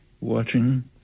watching